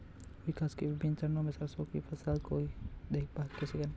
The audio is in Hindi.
विकास के विभिन्न चरणों में सरसों की फसल की देखभाल कैसे करें?